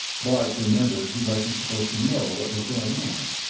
bart remembered he wasn't supposed to know what was going on.